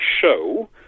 show